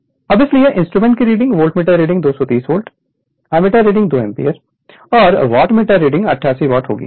Refer Slide Time 0907 अब इसलिए instrument की reading voltmeter reading 230 volt ammeter reading 2 ampere और वॉटमीटर मीटर रीडिंग 88 वॉट होगी